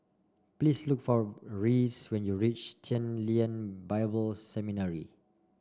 please look for Reese when you reach Chen Lien Bible Seminary